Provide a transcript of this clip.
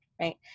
right